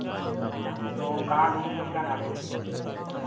तो कहाँ घूमने जाना है आपको